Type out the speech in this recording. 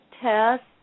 test